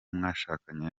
mwashakanye